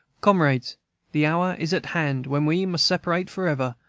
comrades the hour is at hand when we must separate forever,